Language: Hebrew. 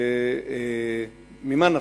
וממה נפשך,